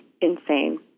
insane